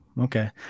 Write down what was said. Okay